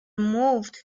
moved